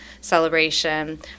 celebration